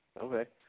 Okay